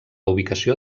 ubicació